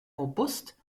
robust